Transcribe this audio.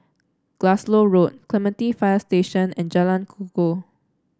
Glasgow Road Clementi Fire Station and Jalan Kukoh